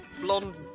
blonde